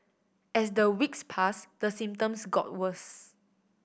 as the weeks pass the symptoms got worse